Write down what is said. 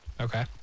Okay